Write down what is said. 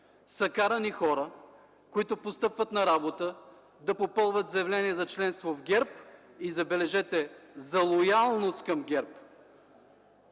карани хора, които постъпват на работа, да попълват заявление за членство в ГЕРБ и, забележете, за лоялност към ГЕРБ?!